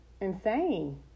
insane